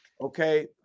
okay